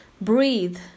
Breathe